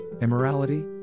immorality